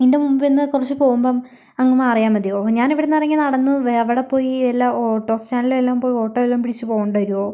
ഇതിൻ്റെ മുൻപിൽ നിന്ന് കുറച്ച് പോകുമ്പോൾ അങ്ങ് മാറിയ മതിയോ ഞനിവിടന്നെറങ്ങയി നടന്ന് അവിടെപ്പോയി വല്ല ഓട്ടോ സ്റ്റാന്റിലും വല്ലോപോയി വല്ല ഓട്ടോ വല്ലതും പിടിച്ച് പോകേണ്ടി വരുമോ